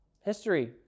History